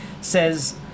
says